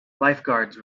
lifeguards